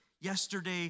yesterday